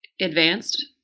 advanced